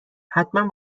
حتمن